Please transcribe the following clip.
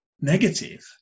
negative